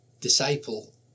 disciple